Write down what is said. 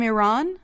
Iran